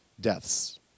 deaths